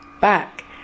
back